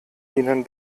ihnen